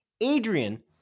Adrian